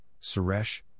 Suresh